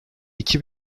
iki